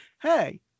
hey